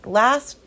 last